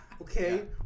Okay